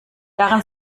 daran